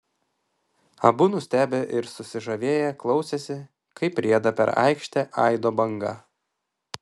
abu nustebę ir susižavėję klausėsi kaip rieda per aikštę aido banga